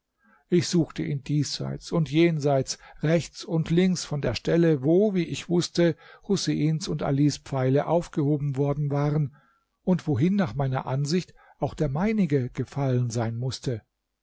ich suchte ihn diesseits und jenseits rechts und links von der stelle wo wie ich wußte huseins und alis pfeile aufgehoben worden waren und wohin nach meiner ansicht auch der meinige gefallen sein mußte